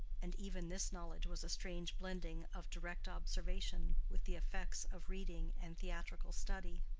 and even this knowledge was a strange blending of direct observation with the effects of reading and theatrical study.